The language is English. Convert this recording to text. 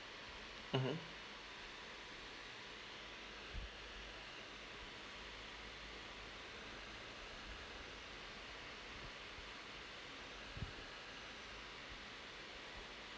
mmhmm